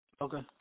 Okay